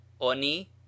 oni